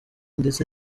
ndetse